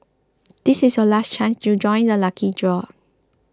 this is your last chance to join the lucky draw